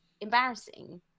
embarrassing